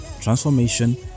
transformation